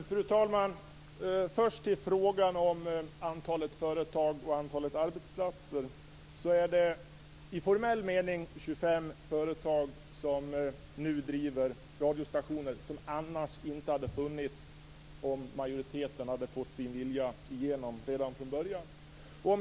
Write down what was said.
Fru talman! Först till frågan om antalet företag och antalet arbetsplatser. Det är i formell mening 25 företag som nu driver radiostationer som inte hade funnits om majoriteten hade fått sin vilja igenom redan från början.